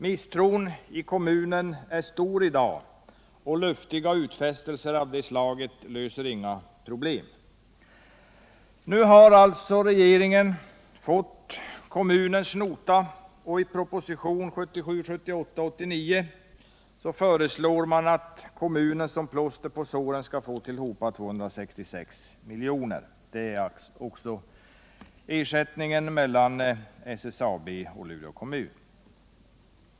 Misstron i kommunen är stor i dag, och luftiga utfästelser av detta slag löser inga problem. Nu har regeringen fått kommunens nota, och i propositionen 1977/78:89 föreslås att kommunen såsom plåster på såren skall få sammanlagt 266 milj.kr. Däri ingår ersättningen från SSAB till Luleå kommun.